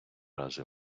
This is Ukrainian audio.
рази